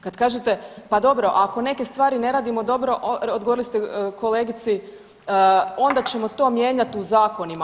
Kad kažete, pa dobro, ako neke stvari ne radimo dobro, odgovorili ste kolegici, onda ćemo to mijenjati u zakonima.